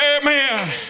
Amen